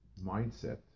mindset